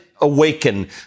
awaken